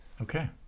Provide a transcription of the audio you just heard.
Okay